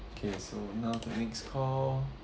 okay so now to next call